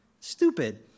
Stupid